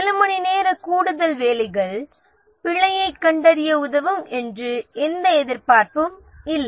சில மணிநேர கூடுதல் வேலைகள் பிழையைக் கண்டறிய உதவும் என்று எந்த எதிர்பார்ப்பும் இல்லை